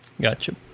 gotcha